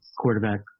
quarterback